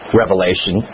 revelation